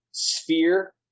sphere